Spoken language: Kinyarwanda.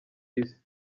isi